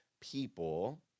people